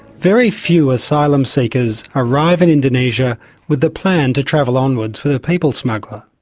very few asylum seekers arrive in indonesia with the plan to travel onwards with a people smuggler.